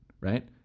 right